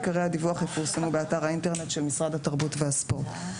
עיקרי הדיווח יפורסמו באתר האינטרנט של משרד התרבות והספורט,